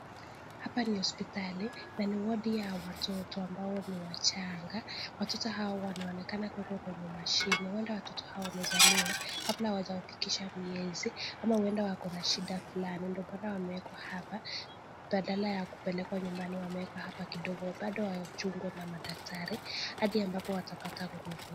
Hapa ni hospitali na ni wodi ya watoto ambao ni wachanga. Watoto hawa wanaonekana kuwekwa kwenye mashini wala watoto hawa wamezaliwa kabla hawajafikisha miezi ama huenda wako na shida fulani ndio maana wamewekwa hapa badala ya kupelekwa nyumbani wamewekwa hapa kidogo, bado wachungwa na madaktari hadi ambapo watapata nguvu.